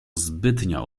zbytnio